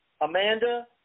Amanda